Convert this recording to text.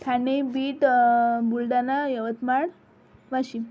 Thane Beed Buldhana Yavatmal Washim